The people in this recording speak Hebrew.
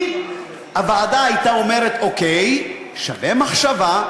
אם הוועדה הייתה אומרת: אוקיי, שווה מחשבה.